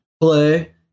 play